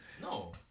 No